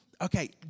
Okay